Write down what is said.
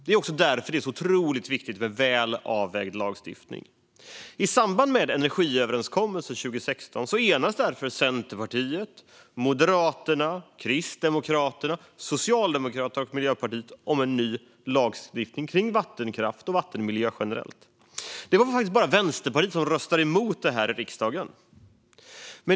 Det är också därför som det är så otroligt viktigt med väl avvägd lagstiftning. I samband med energiöverenskommelsen 2016 enades därför Centerpartiet, Moderaterna, Kristdemokraterna, Socialdemokraterna och Miljöpartiet om en ny lagstiftning kring vattenkraft och vattenmiljö generellt. Det var faktiskt bara Vänsterpartiet som röstade emot den i riksdagen.